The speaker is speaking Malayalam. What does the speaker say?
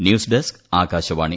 news desk Akashvani